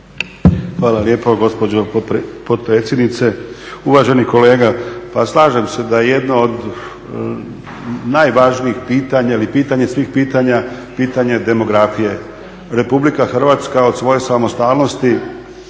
Hvala lijepo gospođo potpredsjednice. Uvaženi kolega, pa slažem se da je jedna od najvažnijih pitanja ili pitanje svih pitanja, pitanje demografije. RH od svoje samostalnosti